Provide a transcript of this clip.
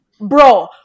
Bro